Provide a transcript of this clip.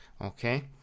Okay